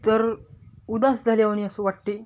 तर उदास झाल्यावाणी असं वाटते